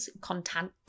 Content